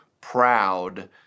proud